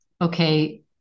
okay